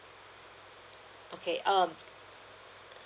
okay um